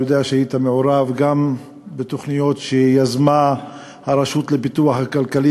אני יודע שהיית מעורב גם בתוכניות שיזמה הרשות לפיתוח הכלכלי